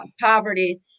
poverty